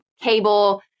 cable